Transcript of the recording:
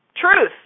Truth